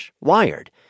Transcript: wired